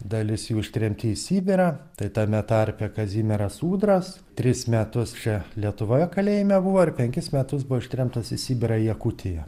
dalis jų ištremti į sibirą tai tame tarpe kazimieras ūdras tris metus čia lietuvoje kalėjime buvo ir penkis metus buvo ištremtas į sibirą į jakutiją